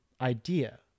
idea